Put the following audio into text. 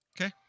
Okay